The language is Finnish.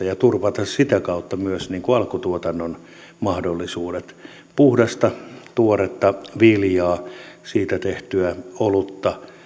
ja turvata sitä kautta myös alkutuotannon mahdollisuudet puhdasta tuoretta viljaa ja siitä tehtyä olutta